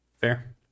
Fair